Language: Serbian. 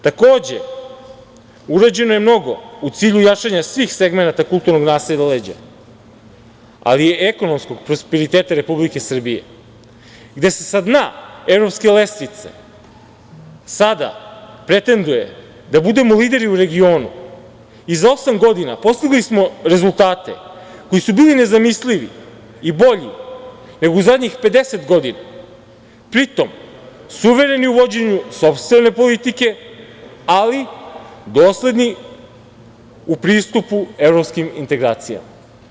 Takođe, urađeno je mnogo u cilju jačanja svih segmenata kulturnog nasleđa, ali i ekonomskog prosperiteta Republike Srbije, gde se sa dna evropske lestvice sada pretenduje da budemo lideri u regionu i za osam godina postigli smo rezultate koji su bili nezamislivi i bolji nego u zadnjih 50 godina, pritom, suvereni u vođenju sopstvene politike, ali dosledni u pristupu evropskim integracijama.